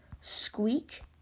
Squeak